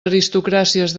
aristocràcies